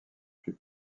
plus